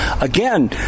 again